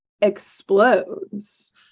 explodes